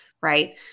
right